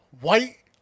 white